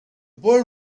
boy